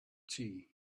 tea